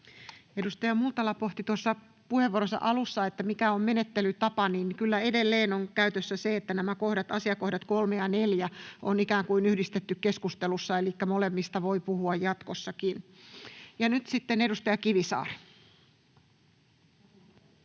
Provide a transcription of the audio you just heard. Edustaja Multala pohti tuossa puheenvuoronsa alussa, mikä on menettelytapa. Kyllä edelleen on käytössä se, että nämä asiakohdat 3 ja 4 on ikään kuin yhdistetty keskustelussa elikkä molemmista voi puhua jatkossakin. — Ja nyt edustaja Kivisaari.